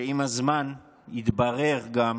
ועם הזמן יתברר גם